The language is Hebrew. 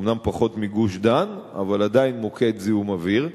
אומנם פחות מגוש-דן, אבל עדיין מוקד זיהום אוויר.